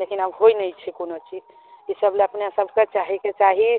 लेकिन होइ नहि छै कोनो चीज इसब लए अपने सबतरि अपने चाहैके चाही